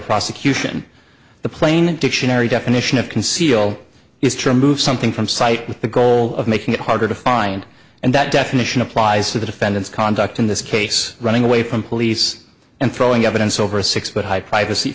prosecution the plain dictionary definition of conceal is true move something from site with the goal of making it harder to find and that definition applies to the defendant's conduct in this case running away from police and throwing evidence over a six foot high privacy